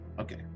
Okay